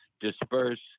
disperse